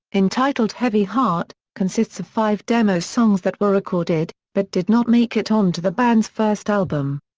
entitled heavy heart, consists of five demo songs that were recorded, but did not make it onto the band's first album.